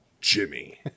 Jimmy